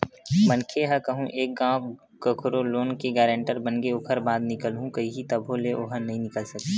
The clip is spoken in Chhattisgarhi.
मनखे ह कहूँ एक घांव कखरो लोन के गारेंटर बनगे ओखर बाद निकलहूँ कइही तभो ले ओहा नइ निकल सकय